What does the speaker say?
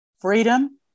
freedom